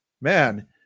man